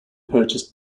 purchased